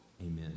Amen